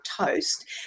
toast